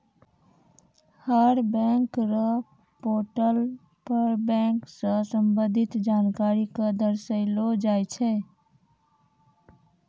हर bank र portal पर bank स संबंधित जानकारी क दर्शैलो जाय छै